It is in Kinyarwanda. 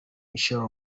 michelle